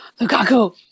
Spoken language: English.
Lukaku